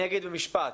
אני אגיד במשפט,